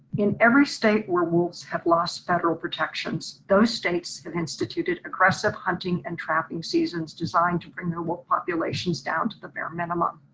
in every state or wolves have lost federal protections those states have instituted aggressive hunting and trapping seasons designed to bring the wolves populations down to the bare minimum.